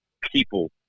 people